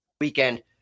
weekend